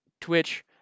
twitch